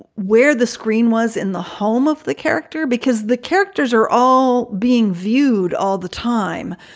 where the screen was in the home of the character, because the characters are all being viewed all the time,